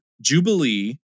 Jubilee